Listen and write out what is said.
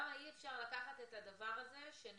למה אי אפשר לקחת את הדבר הזה שנשמע,